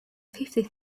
fifty